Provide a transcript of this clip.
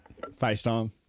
Facetime